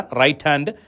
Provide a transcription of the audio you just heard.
right-hand